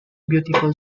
beautiful